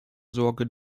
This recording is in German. sorge